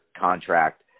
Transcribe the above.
contract